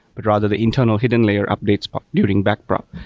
but rather the internal hidden layer updates during back prop.